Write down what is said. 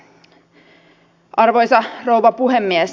arvoisa rouva puhemies